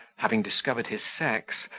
having discovered his sex,